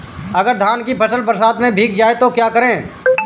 अगर धान की फसल बरसात में भीग जाए तो क्या करें?